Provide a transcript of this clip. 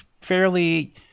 fairly